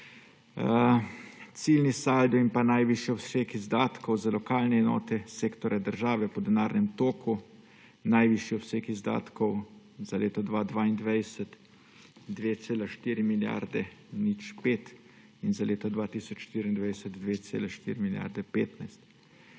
Ciljni saldo in najvišji obseg izdatkov za lokalne enote sektorja država po denarnem toku: najvišji obseg izdatkov za leto 2022 je 2,4 milijarde 05 in za leto 2024 2,4 milijarde 15.